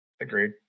Agreed